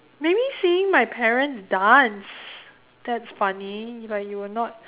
maybe seeing my parents dance that's funny if I you would not